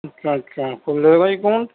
اچھا اچھا کھل جائے گا اکاؤنٹ